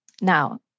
Now